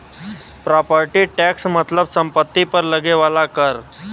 property tax मतलब सम्पति पर लगे वाला कर